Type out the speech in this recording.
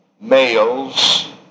males